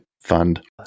fund